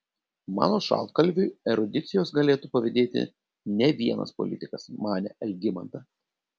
mano šaltkalviui erudicijos galėtų pavydėti ne vienas politikas manė algimanta